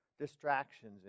distractions